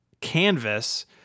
canvas